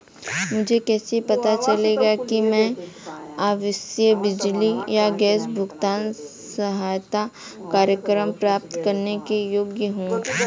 मुझे कैसे पता चलेगा कि मैं आवासीय बिजली या गैस भुगतान सहायता कार्यक्रम प्राप्त करने के योग्य हूँ?